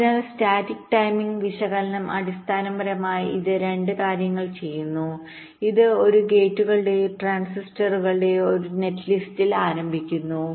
അതിനാൽ static timing വിശകലനം അടിസ്ഥാനപരമായി ഇത് 2 കാര്യങ്ങൾ ചെയ്യുന്നു ഇത് ഒരു ഗേറ്റുകളുടെയോ ട്രാൻസിസ്റ്ററുകളുടെയോ ഒരു നെറ്റ്ലിസ്റ്റിൽ ആരംഭിക്കുന്നു